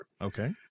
Okay